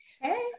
Hey